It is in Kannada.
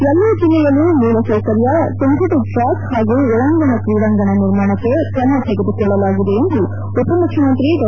ಎಲ್ಲ ಜಿಲ್ಲೆಯಲ್ನೂ ಮೂಲಸೌಕರ್ಯ ಸಿಂಥೆಟಿಕ್ ಟ್ರ್ಕ್ಕಿಕ್ ಹಾಗೂ ಒಳಾಂಗಣ ಕ್ರೀಡಾಂಗಣ ನಿರ್ಮಾಣಕ್ಕೆ ಕ್ರಮ ತೆಗೆದುಕೊಳ್ಳಲಾಗಿದೆ ಎಂದು ಉಪಮುಖ್ಯಮಂತ್ರಿ ಡಾ